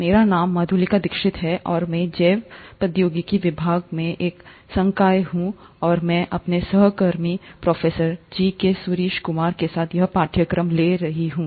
मेरा नाम मधुलिका दीक्षित है और मैं जैव प्रौद्योगिकी विभाग में एक संकाय हूँ और मैं अपने सहकर्मी प्रोफेसर जीके सूरिश कुमार के साथ यह पाठ्यक्रम ले रहा हूँ